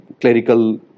clerical